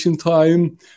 time